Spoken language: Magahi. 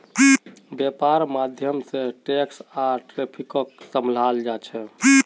वैपार्र माध्यम से टैक्स आर ट्रैफिकक सम्भलाल जा छे